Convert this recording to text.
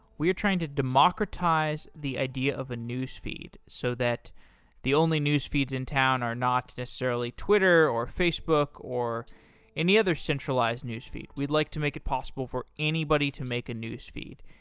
we are trying to democratize the idea of a newsfeed so that the only newsfeeds in town are not necessarily twitter, or facebook, or any other centralized newsfeed. we'd like to make it possible for anybody to make a newsfeed.